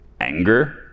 anger